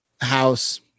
house